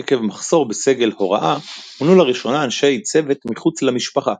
עקב מחסור בסגל הוראה מונו לראשונה אנשי צוות מחוץ למשפחה,